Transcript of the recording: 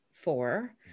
four